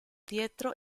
dietro